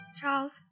Charles